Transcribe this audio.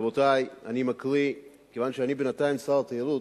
רבותי, אני מקריא, כיוון שאני בינתיים שר התיירות,